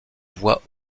voie